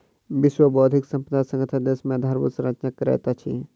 विश्व बौद्धिक संपदा संगठन देश मे आधारभूत संरचना करैत अछि